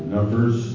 Numbers